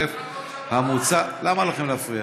258א המוצע, למה לכם להפריע.